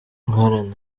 guharanira